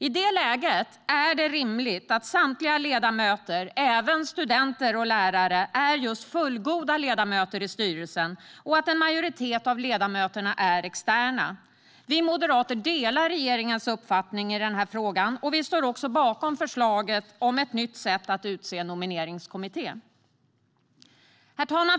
I det läget är det därför rimligt att samtliga ledamöter, även studenter och lärare, är just fullgoda ledamöter i styrelsen och att en majoritet av ledamöterna är externa. Vi moderater delar regeringens uppfattning i denna fråga, och vi står också bakom förslaget om ett nytt sätt att utse nomineringskommitté. Herr talman!